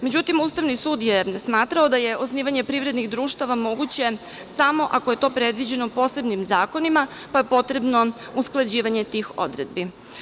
Međutim, Ustavni sud je smatrao da je osnivanje privrednih društava moguće samo ako je to predviđeno posebnim zakonima pa je potrebno usklađivanje tih odredbi.